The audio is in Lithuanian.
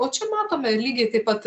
o čia matome lygiai taip pat